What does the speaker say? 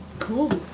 cool.